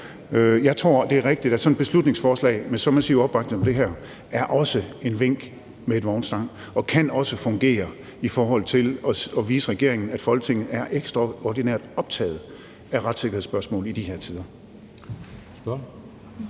Jeg tror, det er rigtigt, at sådan et beslutningsforslag med så massiv opbakning som det her også er et vink med en vognstang og også kan fungere i forhold til at vise regeringen, at Folketinget er ekstraordinært optaget af retssikkerhedsspørgsmål i de her tider.